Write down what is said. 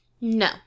No